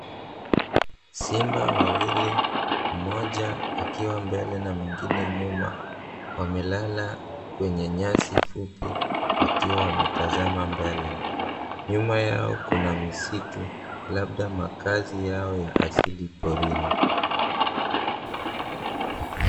Simba wawili, mmoja akiwa mbele na na mwingine nyuma wamelala kwenye nyasi fupi wakiwa wametazama mbele. Nyuma yao kuna msitu labda makazi yao ya asili porini.